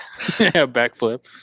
backflip